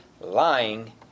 lying